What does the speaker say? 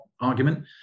argument